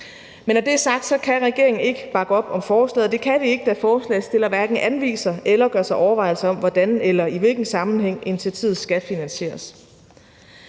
Men når det er sagt, kan regeringen ikke bakke op om forslaget. Det kan vi ikke, da forslagsstillerne hverken anviser eller gør sig overvejelser om, hvordan eller i hvilken sammenhæng initiativet skal finansieres.